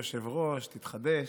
חבר הכנסת רוטמן.